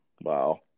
Wow